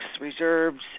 reserves